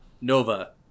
Nova